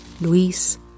Luis